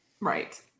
Right